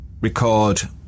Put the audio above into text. record